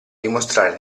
dimostrare